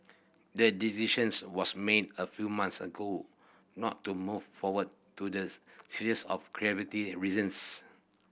a decisions was made a few months ago not to move forward to the series of creative reasons